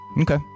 Okay